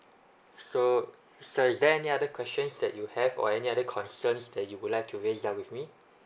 so sir is there any other questions that you have or any other concerns that you would like to raise up with me